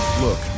Look